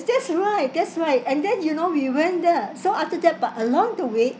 that's right that's right and then you know we went there ah so after that but along the way